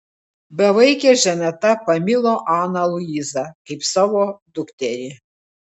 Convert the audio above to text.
bevaikė žaneta pamilo aną luizą kaip savo dukterį